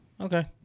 Okay